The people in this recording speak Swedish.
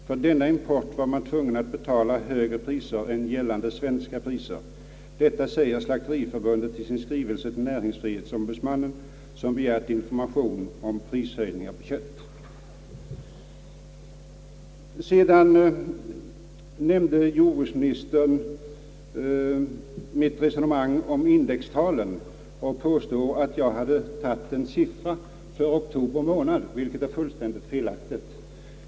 För denna import var man tvungen att betala högre priser än gällande svenska priser, Detta säger slakteriförbundet i sin svarsskrivelse till näringsfrihetsombudsmannen som begärt information om prishöjningarna på kött.» Vidare tog jordbruksministern upp ett resonemang om indextalen och påstod att jag hade angett en siffra för oktober månad, Detta är fullständigt felaktigt.